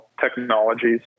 technologies